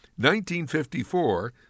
1954